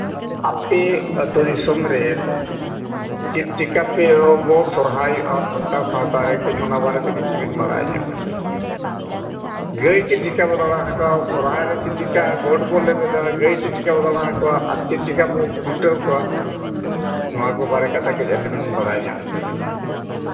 ᱟᱯᱮ ᱟᱹᱛᱩ ᱫᱤᱥᱚᱢ ᱨᱮ ᱪᱮᱫ ᱪᱤᱠᱟᱹᱯᱮ ᱟᱵᱚ ᱥᱚᱦᱨᱟᱭᱚᱜᱼᱟ ᱥᱟᱱᱛᱟᱲ ᱥᱟᱶᱛᱟ ᱨᱮ ᱚᱱᱟ ᱵᱟᱨᱮᱛᱮ ᱠᱟᱹᱡ ᱠᱤᱪᱷᱩ ᱵᱮᱱ ᱵᱟᱲᱟᱭ ᱧᱚᱜ ᱦᱚᱪᱚ ᱞᱤᱧᱟ ᱜᱟᱹᱭ ᱪᱮᱫ ᱪᱤᱠᱟᱹ ᱵᱚᱱ ᱫᱟᱬᱟ ᱟᱠᱚᱣᱟ ᱥᱚᱦᱨᱟᱭᱨᱮ ᱪᱮᱫ ᱪᱤᱠᱟᱹ ᱜᱚᱴ ᱵᱚᱱ ᱞᱮᱵᱮᱫᱟ ᱜᱟᱹᱭ ᱪᱮᱫ ᱪᱤᱠᱟᱹ ᱵᱚᱱ ᱫᱟᱬᱟ ᱟᱠᱚᱣᱟ ᱪᱮᱫ ᱪᱤᱠᱟᱹ ᱵᱚᱱ ᱠᱷᱩᱱᱴᱟᱹᱣ ᱠᱚᱣᱟ ᱱᱚᱣᱟ ᱠᱚ ᱵᱟᱨ ᱠᱟᱛᱷᱟ ᱠᱟᱹᱡ ᱟᱹᱞᱤᱧ ᱵᱮᱱ ᱵᱟᱲᱟᱭ ᱧᱚᱜ ᱦᱚᱪᱚ ᱞᱤᱧᱟ